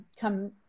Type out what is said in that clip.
come